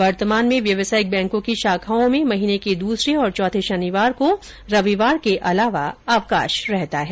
वर्तमान में व्यावसायिक बैंकों की शाखाओं में महीने के दूसरे और चौथे शनिवार को रविवार के अलावा अवकाश रहता है